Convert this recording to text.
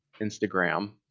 Instagram